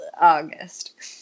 August